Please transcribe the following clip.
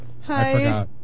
hi